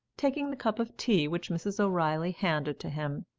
taking the cup of tea which mrs. o'reilly handed to him.